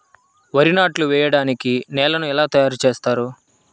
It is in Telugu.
వరి నాట్లు వేయటానికి నేలను ఎలా తయారు చేస్తారు?